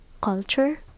culture